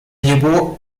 llevó